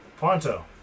Ponto